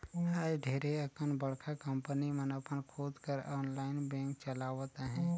आएज ढेरे अकन बड़का कंपनी मन अपन खुद कर आनलाईन बेंक चलावत अहें